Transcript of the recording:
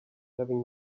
having